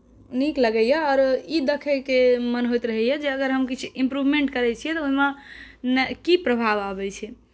नीक लगैए आओर ई देखैके मोन होइत रहैए जे अगर हम किछु इम्प्रूवमेन्ट करैत छियै तऽ ओहिमे की प्रभाव आबैत छै